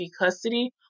custody